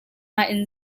nain